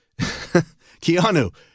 Keanu